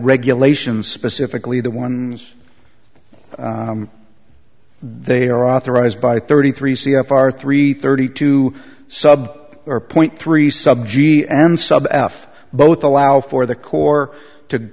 regulations specifically the one they are authorized by thirty three c f r three thirty two sub or point three subject and sub f both allow for the corps to